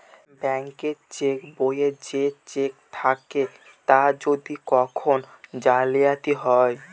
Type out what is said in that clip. bank cheque বইয়ে যে cheque থাকে তার যদি কখন জালিয়াতি হয়